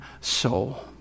soul